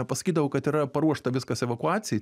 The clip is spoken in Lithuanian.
pasakydavau kad yra paruošta viskas evakuacijai